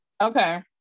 okay